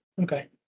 Okay